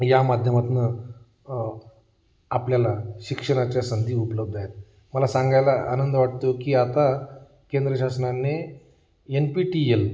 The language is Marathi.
या माध्यमातून आपल्याला शिक्षणाच्या संधी उपलब्ध आहे मला सांगायला आनंद वाटतो की आता केंद्र शासनाने एन पी टी यल